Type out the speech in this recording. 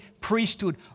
priesthood